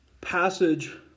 passage